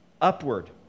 upward